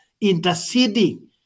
Interceding